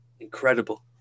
Incredible